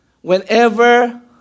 whenever